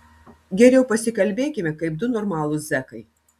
geriau pasikalbėkime kaip du normalūs zekai